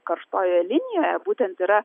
karštojoje linijoje būtent yra